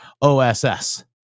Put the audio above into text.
OSS